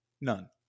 None